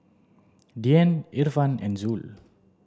Dian Irfan and Zul